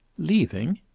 leaving!